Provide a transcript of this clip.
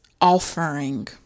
offering